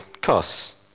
costs